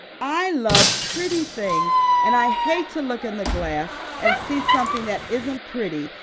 i love pretty things and i hate to look in the glass and see something that isn't pretty.